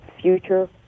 future